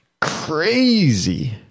crazy